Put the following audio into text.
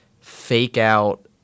fake-out